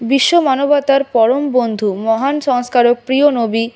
বিশ্বমানবতার পরম বন্ধু মহান সংস্কারক প্রিয় নবী